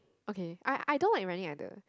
okay I I don't like running rider